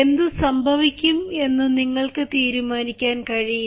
എന്ത് സംഭവിക്കും എന്ന് നിങ്ങൾക്ക് തീരുമാനിക്കാൻ കഴിയില്ല